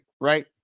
right